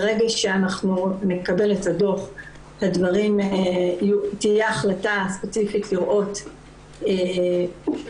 ברגע שאנחנו נקבל את הדו"ח תהיה החלטה ספציפית לראות מה